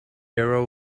arrow